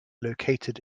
located